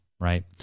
right